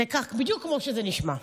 זה בדיוק כמו שזה נשמע.